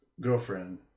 girlfriend